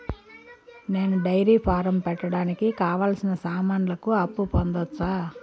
నేను dairy farm పెట్టడానికి కావాల్సిన సామాన్లకు అప్పు పొందొచ్చా?